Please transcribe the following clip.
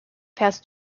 fährst